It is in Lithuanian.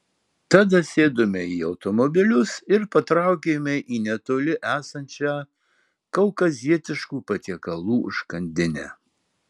tada sėdome į automobilius ir patraukėme į netoli esančią kaukazietiškų patiekalų užkandinę